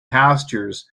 pastures